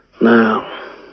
Now